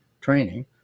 training